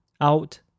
out